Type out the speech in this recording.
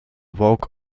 walk